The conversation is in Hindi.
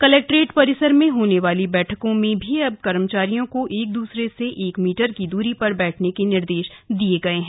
कलेक्ट्रेट परिसर में होने वाली बैठकों में भी अब कर्मचारियों को एक दूसरे से एक मीटर की दूरी पर बैठने के निर्देश दिए गए हैं